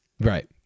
Right